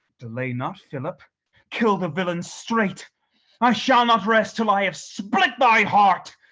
delay not philip kill the villain straight i shall not rest till i have split thy heart.